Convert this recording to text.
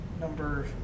number